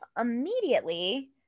immediately